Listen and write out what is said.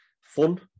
fun